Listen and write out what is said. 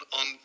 on